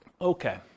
Okay